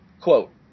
quote